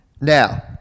Now